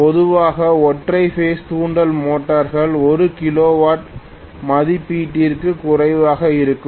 பொதுவாக ஒற்றை பேஸ் தூண்டல் மோட்டார்கள் 1 கிலோவாட் மதிப்பீட்டிற்குக் குறைவாக இருக்கும்